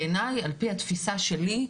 בעיניי על פי התפיסה שלי,